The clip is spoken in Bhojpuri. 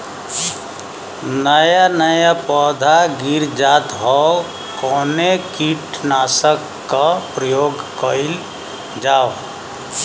नया नया पौधा गिर जात हव कवने कीट नाशक क प्रयोग कइल जाव?